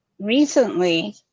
recently